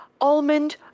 almond